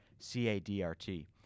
CADRT